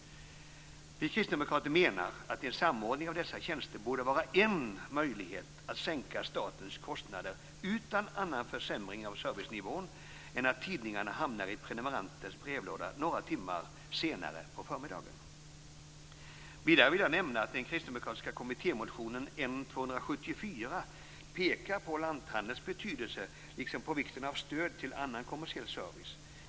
Vi kristdemokrater menar att en samordning av dessa två tjänster borde vara en möjlighet att sänka statens kostnader utan annan försämring av servicenivån än att tidningarna hamnar i prenumeranternas brevlådor några timmar senare på förmiddagen. Vidare vill jag nämna att den kristdemokratiska kommittémotionen N274 pekar på lanthandelns betydelse liksom på vikten av stöd till annan kommersiell service.